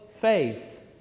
faith